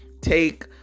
take